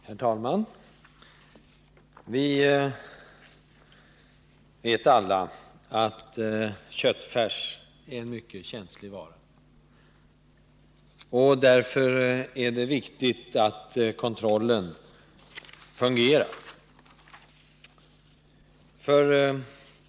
Herr talman! Vi vet alla att köttfärs är en mycket känslig vara. Därför är det viktigt att kontrollen fungerar.